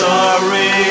Sorry